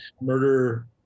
murder